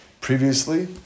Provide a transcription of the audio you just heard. previously